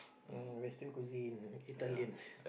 mm Western cuisine Italian